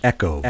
Echo